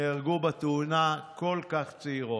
נהרגו בתאונה, כל כך צעירות.